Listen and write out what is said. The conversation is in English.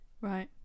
right